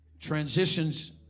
Transitions